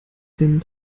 den